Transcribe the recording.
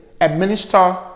administer